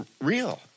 real